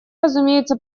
разумеется